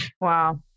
Wow